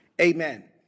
Amen